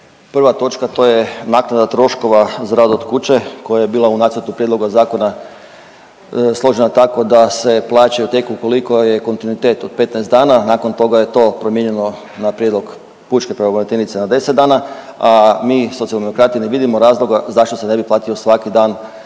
Prva točka to je naknada troškova za rad od kuće koja je bila u nacrtu prijedloga zakona složena tako da se plaćaju tek ukoliko je kontinuitet od 15 dana, nakon toga je to promijenjeno na prijedlog pučke pravobraniteljice na 10 dana, a mi Socijaldemokrati ne vidimo razloga zašto se ne bi platio svaki dan